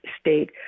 state